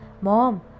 Mom